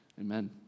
Amen